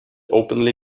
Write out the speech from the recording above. openly